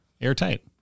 Airtight